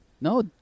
No